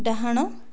ଡାହାଣ